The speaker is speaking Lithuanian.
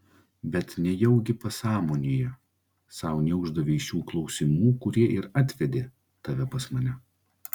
bet nejaugi pasąmonėje sau neuždavei šių klausimų kurie ir atvedė tave pas mane